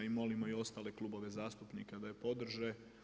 I molimo i ostale klubove zastupnika da je podrže.